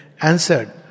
answered